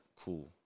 Cool